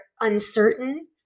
uncertain